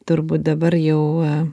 turbūt dabar jau va